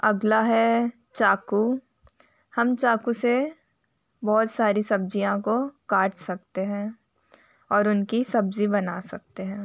अगला है चाकू हम चाकू से बहुत सारी सब्ज़ियाँ को काट सकते हैं और उनकी सब्ज़ी बना सकते हैं